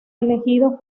elegidos